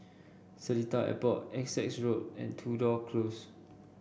Seletar Airport Essex Road and Tudor Close